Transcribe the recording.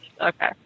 Okay